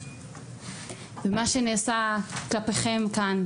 ומה שנעשה כלפיכם כאן,